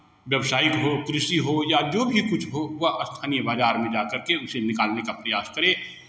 व्यावसायिक हो कृषि हो या जो भी कुछ हो वह स्थानीय बाज़ार में जा करके उसे निकालने का प्रयास करे